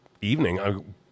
evening